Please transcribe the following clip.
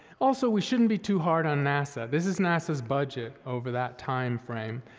also, we shouldn't be too hard on nasa. this is nasa's budget over that timeframe,